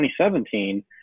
2017